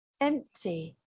Empty